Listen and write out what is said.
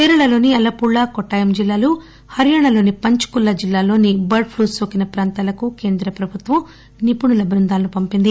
కేరళలోని అలప్పుళ కొటాయం జిల్లాలు హర్యానాలోని పంచకుల జిల్లాలోని బర్డ్ ప్లూ నోకిన ప్రాంతాలకు కేంద్ర ప్రభుత్వం నిపుణుల బృందాలను పంపింది